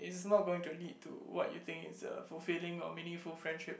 this is not going to lead to what you think is a fulfilling or meaningful friendship